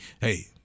hey